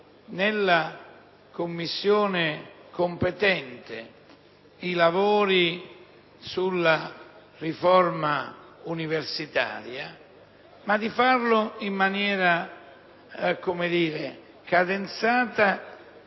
nella Commissione competente i lavori sulla riforma universitaria, ma di farlo in maniera cadenzata,